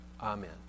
Amen